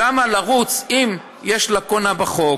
למה לרוץ, אם יש לקונה בחוק